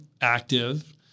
active